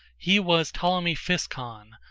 he was ptolemy physcon,